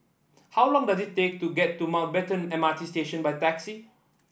how long does it take to get to Mountbatten M R T Station by taxi